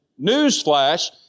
Newsflash